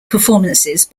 performances